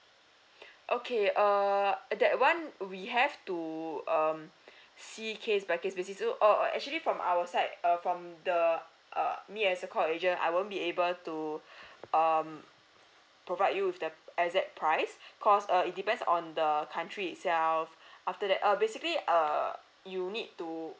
okay err that one we have to um see case by case basis so uh actually from our side uh from the uh me as a call agent I won't be able to um provide you with the exact price cause uh it depends on the country itself after that uh basically err you need to